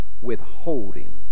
withholding